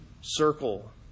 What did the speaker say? circle